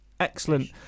Excellent